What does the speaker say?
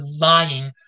lying